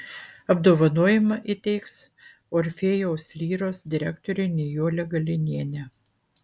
apdovanojimą įteiks orfėjaus lyros direktorė nijolė galinienė